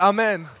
Amen